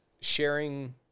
sharing